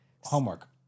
Homework